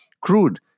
Crude